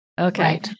Okay